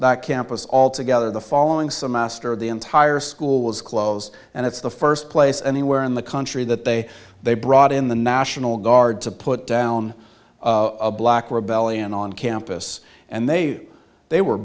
that campus all together the following some master the entire school was closed and it's the first place anywhere in the country that they they brought in the national guard to put down a black rebellion on campus and they they were